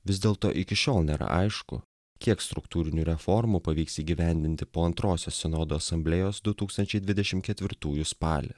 vis dėlto iki šiol nėra aišku kiek struktūrinių reformų pavyks įgyvendinti po antrosios sinodo asamblėjos du tūkstančiai dvidešim ketvirtųjų spalį